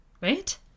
right